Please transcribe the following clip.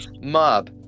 Mob